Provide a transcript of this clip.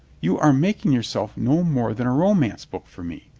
you are making yourself no more than a ro mance book for me.